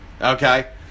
Okay